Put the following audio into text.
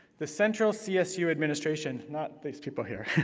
the central csu administration not these people here